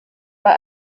bei